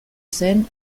zen